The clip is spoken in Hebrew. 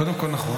קודם כול, נכון.